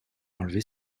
enlever